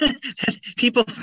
People